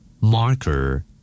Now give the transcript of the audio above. Marker